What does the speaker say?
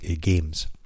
games